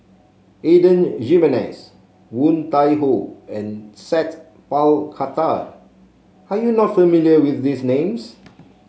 Adan Jimenez Woon Tai Ho and Sat Pal Khattar are you not familiar with these names